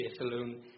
alone